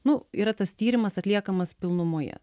nu yra tas tyrimas atliekamas pilnumoje